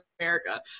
America